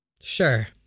Sure